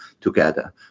together